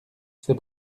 ses